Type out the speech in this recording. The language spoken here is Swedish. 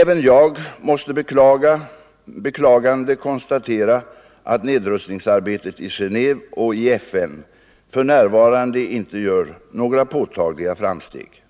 Även jag måste med beklagande konstatera att nedrustningsarbetet i Genéve och i FN för närvarande inte gör några påtagliga framsteg.